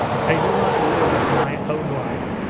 i do not live my own life,